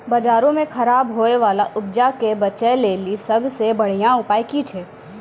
बजारो मे खराब होय बाला उपजा के बेचै लेली सभ से बढिया उपाय कि छै?